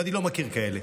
ואני לא מכיר כאלה,